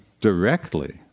directly